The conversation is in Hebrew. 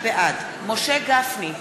בעד משה גפני,